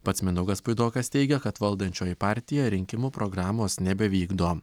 pats mindaugas puidokas teigia kad valdančioji partija rinkimų programos nebevykdo